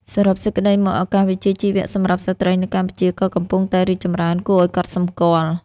សរុបសេចក្តីមក ឱកាសវិជ្ជាជីវៈសម្រាប់ស្ត្រីនៅកម្ពុជាក៏កំពុងតែរីកចម្រើនគួរឱ្យកត់សម្គាល់។